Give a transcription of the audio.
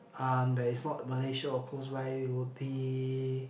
um that is not Malaysia or close by would be